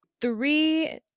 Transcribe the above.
three